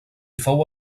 fou